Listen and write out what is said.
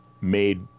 made